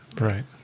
Right